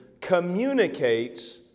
communicates